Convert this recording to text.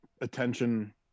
attention